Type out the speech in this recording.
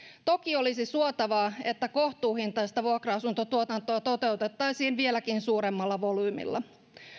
toki olisi suotavaa että kohtuuhintaista vuokra asuntotuotantoa toteutettaisiin vieläkin suuremmalla volyymilla